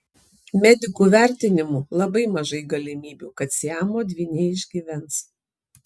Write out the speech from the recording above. medikų vertinimu labai mažai galimybių kad siamo dvyniai išgyvens